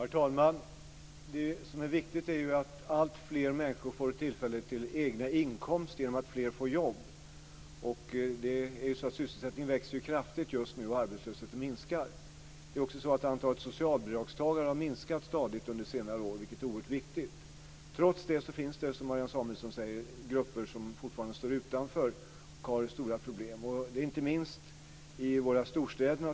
Herr talman! Det viktiga är att alltfler människor får tillfälle till egna inkomster genom att fler får jobb. Sysselsättningen växer kraftigt just nu, och arbetslösheten minskar. Antalet socialbidragstagare har minskat under senare år, vilket är oerhört viktigt. Trots detta finns det, som Marianne Samuelsson sade, grupper som fortfarande står utanför och har stora problem. Det gäller inte minst i våra storstäder.